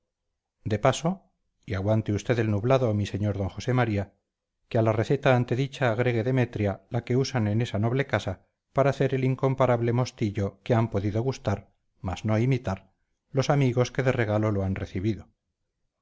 y si hay mezcla no se duda del buen resultado de paso y aguante usted el nublado mi sr d josé maría que a la receta antedicha agregue demetria la que usan en esa noble casa para hacer el incomparable mostillo que han podido gustar más no imitar los amigos que de regalo lo han recibido